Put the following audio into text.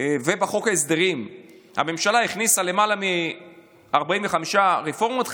בחוק ההסדרים הממשלה הכניסה למעלה מ-45 רפורמות,